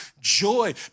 joy